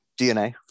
DNA